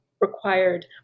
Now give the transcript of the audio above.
required